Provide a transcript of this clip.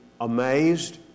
amazed